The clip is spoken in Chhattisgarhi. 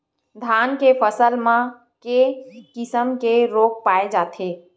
धान के फसल म के किसम के रोग पाय जाथे?